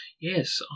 Yes